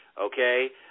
Okay